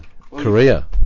Korea